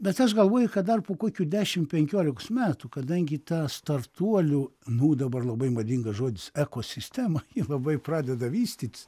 bet aš galvoju kad dar po kokių dešimt penkiolikos metų kadangi tą startuolių nu dabar labai madingas žodis ekosistemą ją labai pradeda vystyt